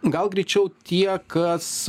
gal greičiau tie kas